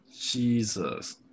Jesus